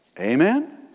Amen